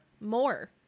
more